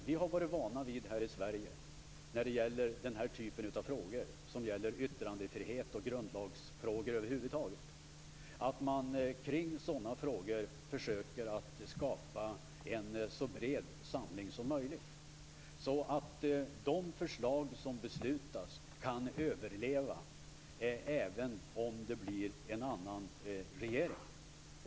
Vi har varit vana vid i Sverige när det gäller denna typ av frågor - yttrandefrihet och andra grundlagsfrågor - att en så bred samling som möjligt har skapats. De förslag som har gått till beslut har kunnat överleva även med en annan regering.